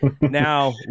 Now